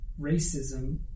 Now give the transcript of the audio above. racism